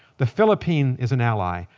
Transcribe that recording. the philippine is an ally.